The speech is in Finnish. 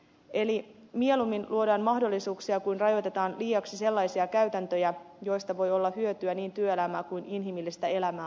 eli mieluummin luodaan mahdollisuuksia kuin rajoitetaan liiaksi sellaisia käytäntöjä joista voi olla hyötyä niin työelämää kuin inhimillistä elämää ajatellen